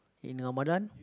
in ramadan